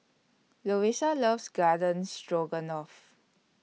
Louisa loves Garden Stroganoff